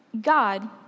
God